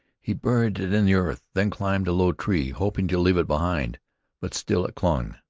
he buried it in the earth, then climbed a low tree, hoping to leave it behind but still it clung,